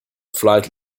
flight